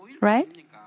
right